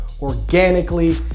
organically